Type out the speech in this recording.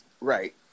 Right